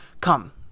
Come